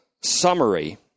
summary